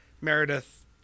Meredith